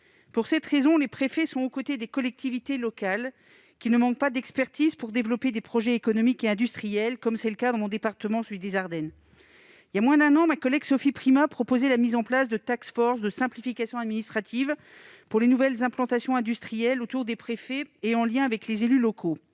Pour cette raison, les préfets sont aux côtés des collectivités locales, qui ne manquent pas d'expertise pour développer des projets économiques et industriels, comme c'est le cas dans mon département des Ardennes. Il y a moins d'un an, ma collègue Sophie Primas proposait la mise en place de de simplification administrative pour les nouvelles implantations industrielles, autour des préfets et en lien avec les élus locaux.